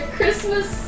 Christmas